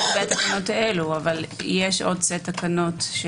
בתקנות האלה, אבל יש עוד סט תקנות.